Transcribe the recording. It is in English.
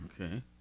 Okay